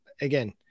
again